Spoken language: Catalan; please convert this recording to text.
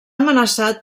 amenaçat